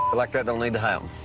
like that don't need to happen.